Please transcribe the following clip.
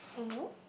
mmhmm